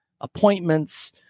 appointments